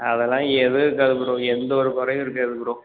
அதெல்லாம் எதுவும் இருக்காது ப்ரோ எந்த ஒரு குறையும் இருக்காது ப்ரோ